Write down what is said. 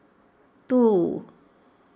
two